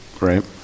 right